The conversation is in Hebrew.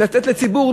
לתת לציבור,